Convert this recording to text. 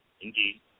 Indeed